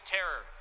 Terror